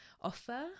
offer